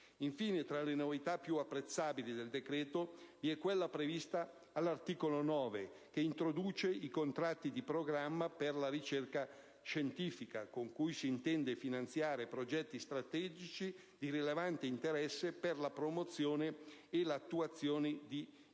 Infine, tra le novità più apprezzabili del decreto vi è quella prevista all'articolo 9, che introduce i contratti di programma per la ricerca scientifica, con cui si intende finanziare progetti strategici di rilevante interesse per la promozione e l'attuazione di